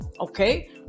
Okay